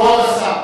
כבוד השר.